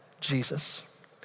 Jesus